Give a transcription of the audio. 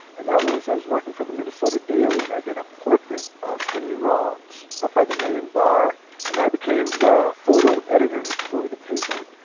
and that was, i was working for the minnesota daily, and i did a portrait of henry rollins up by the main bar and i became the photo editor for the paper,